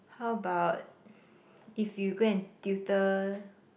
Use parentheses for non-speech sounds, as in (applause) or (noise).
how about (breath) if you go and tutor